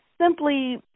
simply